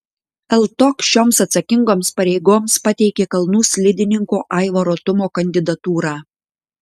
ltok šioms atsakingoms pareigoms pateikė kalnų slidininko aivaro tumo kandidatūrą